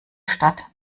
statt